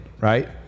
right